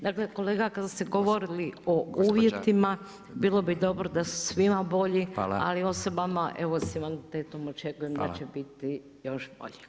Dakle, kolega kada ste govorili o uvjetima, bilo bi dobro da su svima bolji, ali osobama evo s invaliditetom očekujem da će biti još bolji.